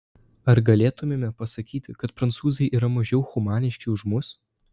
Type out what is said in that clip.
ar galėtumėme pasakyti kad prancūzai yra mažiau humaniški už mus